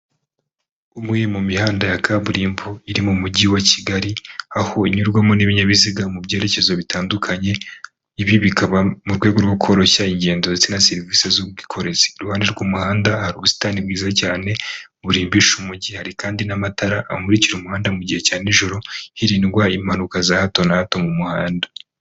Umwe mu mihanda ya kaburimbo iri mu mujyi wa kigali aho unyurwamo n'ibinyabiziga mu byerekezo bitandukanye ibi bikaba mu rwego rwo koroshya ingendo ndetse na serivisi z'ubwikorezi iruhande rw'umuhanda hari ubusitani bwiza cyane burimbisha umujyi hari kandi n'amatara amurikira umuhanda mu gihe cya nijoro hirindwa impanuka za hato na hato mu muhanda.